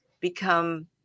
become